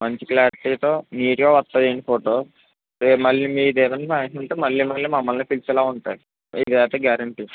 మంచి క్లారిటీతో నీట్గా మీకే వస్తాయండి ఫోటో రేపు మళ్ళీ మీదేదన్న ఫంక్షన్ ఉంటే మళ్ళీ మళ్ళీ మమ్మల్నే పిలిచేలా ఉంటాయి ఇదైతే గారెంటీ